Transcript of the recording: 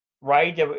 right